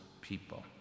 people